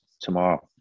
tomorrow